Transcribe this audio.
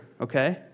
Okay